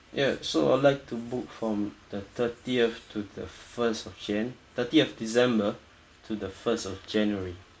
ya so I would like to book from the thirtieth to the first of jan thirtieth december to the first of january